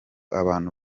abantu